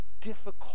difficult